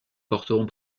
porteront